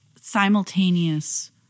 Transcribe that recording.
simultaneous